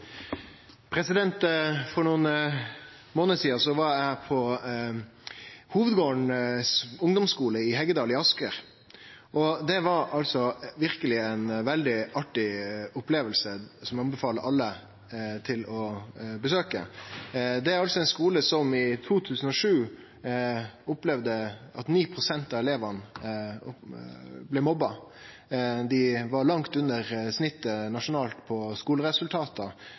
bidrag for å fremme folkehelsen. For nokre månader sidan var eg på Hovedgården ungdomsskole i Heggedal i Asker. Det var verkeleg ei artig oppleving, og eg anbefaler alle eit besøk dit. Det er ein skule som i 2007 opplevde at 9 pst. av elevane blei mobba. Skulen låg langt under snittet nasjonalt på